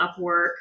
Upwork